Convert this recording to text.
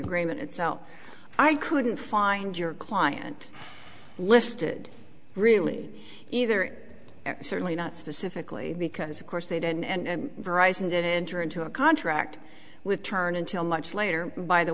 agreement itself i couldn't find your client listed really either certainly not specifically because of course they did and verisign didn't enter into a contract with turn until much later by the